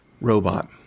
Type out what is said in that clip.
robot